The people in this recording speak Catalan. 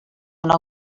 una